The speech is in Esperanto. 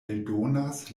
eldonas